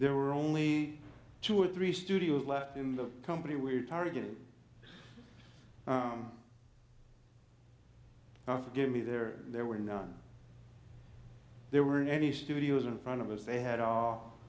there are only two or three studios left in the company we're targeting now forgive me there there were none there were any studios in front of us they had a